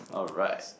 alright